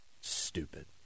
Stupid